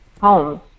homes